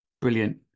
brilliant